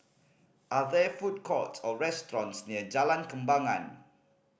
are there food courts or restaurants near Jalan Kembangan